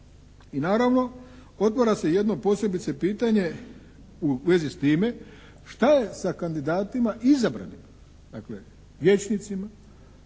I naravno otvara se jedno posebice pitanje u vezi s time, šta je sa kandidatima izabranim, dakle vijećnicima